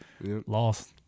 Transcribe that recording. Lost